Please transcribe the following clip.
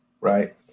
right